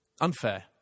Unfair